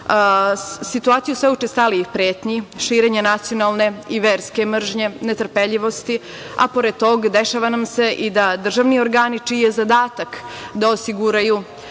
Situaciju sve učestalijih pretnji, širenja nacionalne i verske mržnje, netrpeljivosti, a pored toga dešava nam se i da državni organi čiji je zadatak da osiguraju